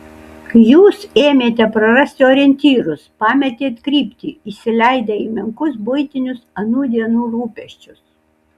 jūs ėmėte prarasti orientyrus pametėt kryptį įsileidę į menkus buitinius anų dienų rūpesčius